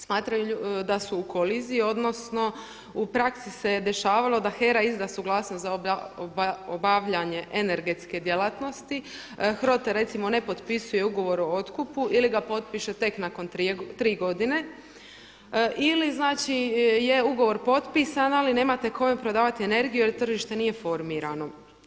Smatraju da su u koliziji odnosno u praksi se dešavalo da HERA izda suglasnost za obavljanje energetske djelatnosti, HROTE recimo ne potpisuje ugovor o otkupu ili ga potpiše tek nakon 3 godine ili znači je ugovor potpisan ali nemate kome prodavati energiju jer tržište nije formirano.